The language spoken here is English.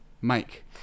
mike